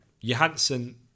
Johansson